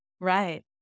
Right